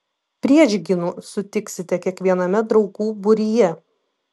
priešgynų sutiksite kiekviename draugų būryje